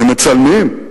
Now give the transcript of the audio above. הם מצלמים.